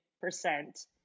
percent